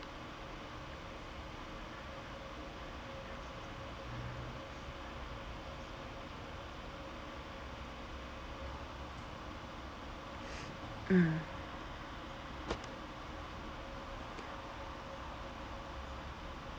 mm